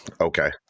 okay